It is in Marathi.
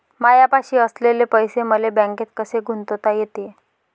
मायापाशी असलेले पैसे मले बँकेत कसे गुंतोता येते?